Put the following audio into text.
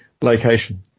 location